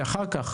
אחר כך,